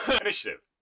Initiative